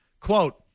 Quote